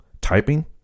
typing